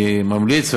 אני ממליץ,